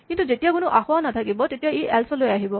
কিন্তু যেতিয়া কোনো আসোঁৱাহ নাথাকিব তেতিয়া ই এল্চ লৈ আহিব